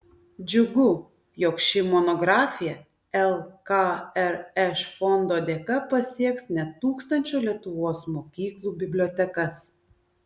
džiugu jog ši monografija lkrš fondo dėka pasieks net tūkstančio lietuvos mokyklų bibliotekas